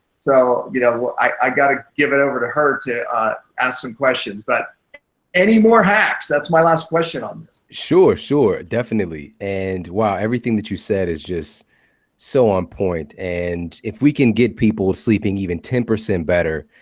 so you know i got to give it over to her to ask some questions. but any more hacks? that's my last question on this. shawn sure. sure, definitely. and wow. everything that you said is just so on point. and if we can get people sleeping even ten percent better,